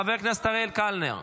חבר הכנסת אריאל קלנר,